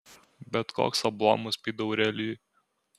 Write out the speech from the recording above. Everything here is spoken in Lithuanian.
bet koks ablomas pydaurelijui